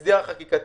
בהסדר החקיקתי,